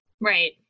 Right